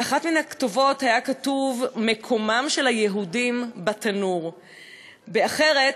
באחת מן הכתובות היה כתוב: "המקום של היהודים בתנור"; באחרת,